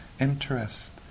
interest